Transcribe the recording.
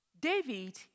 David